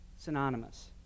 synonymous